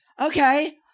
okay